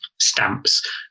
stamps